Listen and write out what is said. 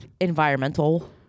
environmental